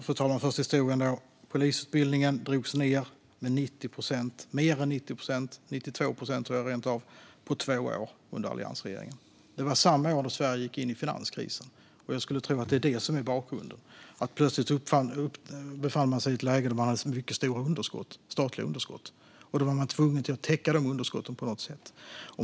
Fru talman! Först historien: Polisutbildningen drogs ned med 92 procent, tror jag, på två år under alliansregeringen. Det var samma år som Sverige gick in i finanskrisen, och jag skulle tro att det är det som är bakgrunden. Plötsligt befann man sig i ett läge med mycket stora statliga underskott, och då var man tvungen att täcka dessa underskott på något sätt.